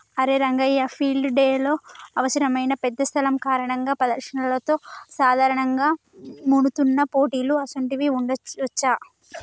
అరే రంగయ్య ఫీల్డ్ డెలో అవసరమైన పెద్ద స్థలం కారణంగా ప్రదర్శనలతో సాధారణంగా మన్నుతున్న పోటీలు అసోంటివి ఉండవచ్చా